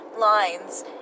lines